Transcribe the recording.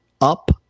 up